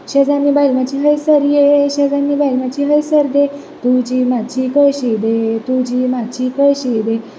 शेजान्नी बायलांची हय सर ये शेजान्नी बायलांची हय सर दे तुजी मात्शी कळशी दे तुजी मात्शी कळशी दे